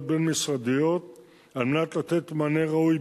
בין-משרדיות על מנת לתת מענה ראוי,